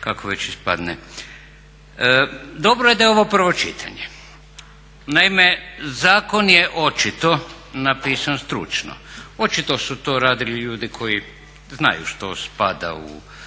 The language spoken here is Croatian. kako već ispadne. Dobro je da je ovo prvo čitanje. Naime, zakon je očito napisan stručno. Očito su to radili ljudi koji znaju što spada u